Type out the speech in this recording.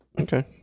Okay